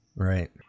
Right